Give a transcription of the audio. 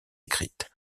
écrite